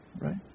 right